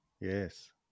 Yes